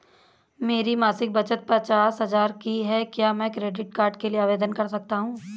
मेरी मासिक बचत पचास हजार की है क्या मैं क्रेडिट कार्ड के लिए आवेदन कर सकता हूँ?